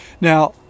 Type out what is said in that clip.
Now